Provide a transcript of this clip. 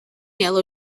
yellow